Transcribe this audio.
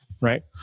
right